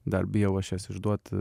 dar bijau aš jas išduot